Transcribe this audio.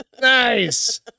Nice